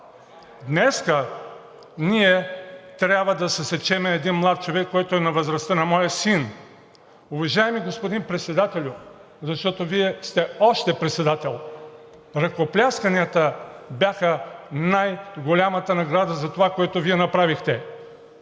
Днес ние трябва да съсечем един млад човек, който е на възрастта на моя син. Уважаеми господин Председателю, защото Вие сте още председател, ръкоплясканията бяха най-голямата награда за това, което Вие направихте.